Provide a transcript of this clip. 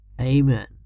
Amen